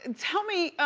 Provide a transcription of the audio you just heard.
and tell me